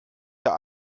der